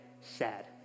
sad